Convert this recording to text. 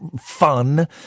fun